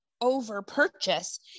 over-purchase